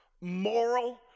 moral